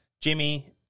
Jimmy